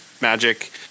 magic